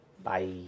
Bye